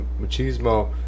machismo